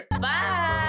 Bye